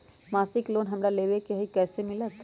मासिक लोन हमरा लेवे के हई कैसे मिलत?